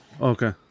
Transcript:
Okay